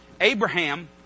Abraham